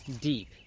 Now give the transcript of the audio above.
deep